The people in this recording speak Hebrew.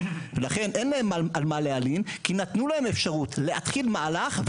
ולכן אין להם על מה להלין כי נתנו להם אפשרות להתחיל מהלך,